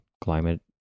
climate